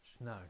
No